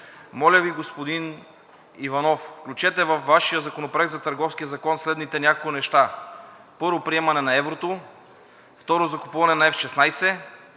Моля Ви, господин Иванов, включете във Вашия законопроект за Търговския закон следните няколко неща: 1. Приемане на еврото. 2. Закупуване на F16.